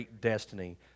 destiny